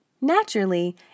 Naturally